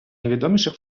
найвідоміших